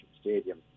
Stadium